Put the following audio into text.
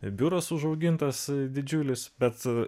biuras užaugintas didžiulis bet